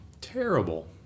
Terrible